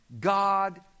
God